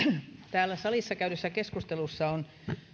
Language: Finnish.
täällä salissa käydyssä keskustelussa on